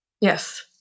Yes